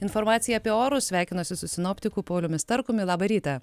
informacija apie orus sveikinuosi su sinoptiku pauliumi starkumi labą rytą